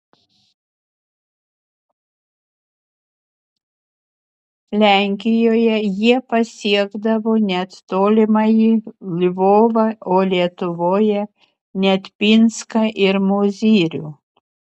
lenkijoje jie pasiekdavo net tolimąjį lvovą o lietuvoje net pinską ir mozyrių